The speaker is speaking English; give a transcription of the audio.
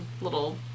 little